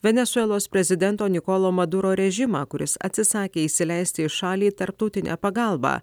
venesuelos prezidento nikolo maduro režimą kuris atsisakė įsileisti į šalį tarptautinę pagalbą